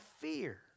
fear